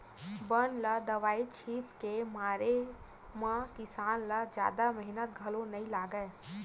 बन ल दवई छित के मारे म किसान ल जादा मेहनत घलो नइ लागय